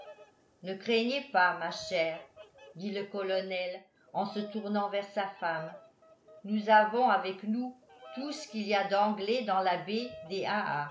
ne craignez pas ma chère dit le colonel en se tournant vers sa femme nous avons avec nous tout ce qu'il y a d'anglais dans la baie